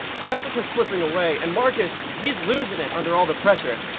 jessica is slipping away, and marcus, he's losing it under all the pressure.